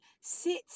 sit